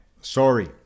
Sorry